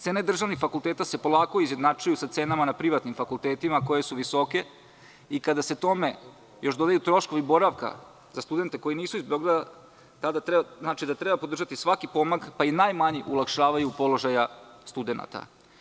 Cene državnih fakulteta se polako izjednačuju sa cenama na privatnim fakultetima koje su visoke i kada se tome još dodaju troškovi boravka za studente koji nisu iz Beograda, znači da treba podržati svaki pomak, pa i najmanji u olakšavanju položaja studenata.